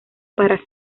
para